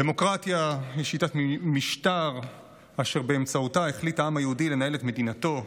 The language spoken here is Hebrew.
דמוקרטיה היא שיטת משטר אשר באמצעותה החליט העם היהודי לנהל את מדינתו.